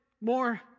more